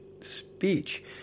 speech